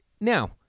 Now